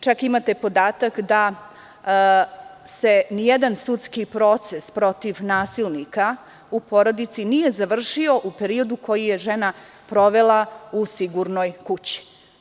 Čak imate podatak da se ni jedan sudski proces protiv nasilnika u porodici nije završio u periodu koji je žena provela u sigurnoj kući.